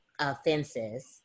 offenses